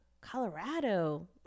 Colorado